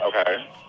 Okay